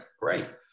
great